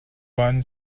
won